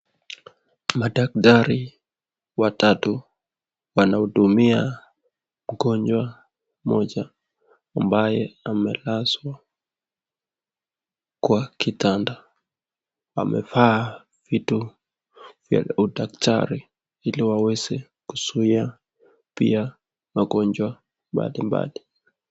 Madaktari watatu wanahudumia mgonjwa mmoja ambaye amelazwa kwa kitanda. Amevaa vitu vya kidaktari ili waweze kuzuia pia magonjwa mbali mbali.